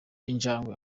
injangwe